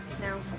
No